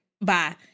bye